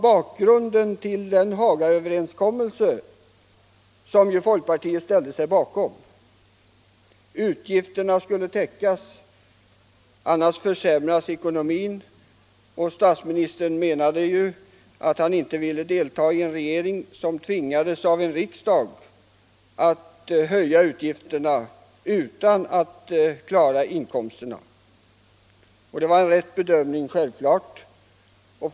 Bakgrunden till Hagaöverenskommelsen, där folkpartiet var en av parterna, var ju att utgifterna måste täckas, annars försämras ekonomin. Statsministern framhöll att han inte ville delta i en regering som tvingades av riksdagen att höja utgifterna utan att det gavs någon anvisning om 79 hur inkomsterna skulle klaras.